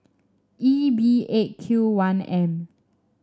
E B Eight Q one M